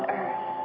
earth